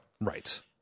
right